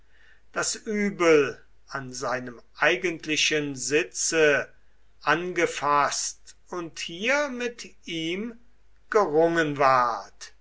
das übel an seinem eigentlichen sitze angefaßt und hier mit ihm gerungen ward